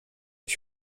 ich